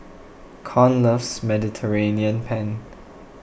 Con loves Mediterranean Penne